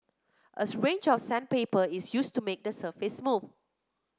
a range of sandpaper is used to make the surface smooth